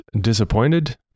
disappointed